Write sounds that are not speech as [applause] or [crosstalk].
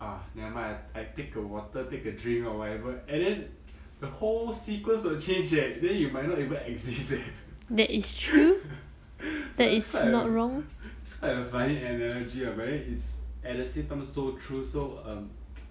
ah nevermind I t~ I take a water take a drink or whatever and then the whole sequence will change eh then you might not even exist eh [laughs] that's quite a that's quite a funny analogy ah but then it's at the same time so true so um [noise]